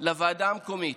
לוועדה המקומית,